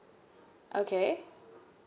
okay